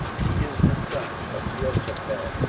he is the son of jehoshaphat,